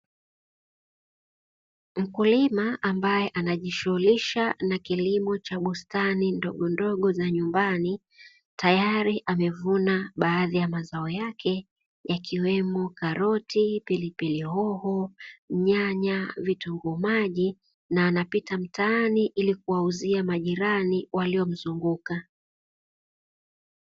Mkulima ambaye anajishughulisha na kilimo cha bustani ndogondogo za nyumbani, tayari amevuna baadhi ya mazao yake yakiwemo karoti, pilipili hoho, nyanya, vitunguu maji na anapita mtaani ili kuwauzia majirani waliomzunguka.